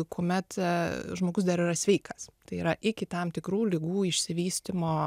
kuomet žmogus dar yra sveikas tai yra iki tam tikrų ligų išsivystymo